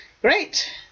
Great